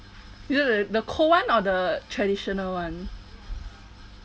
the cold one or the traditional one